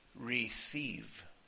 Receive